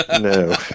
no